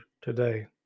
today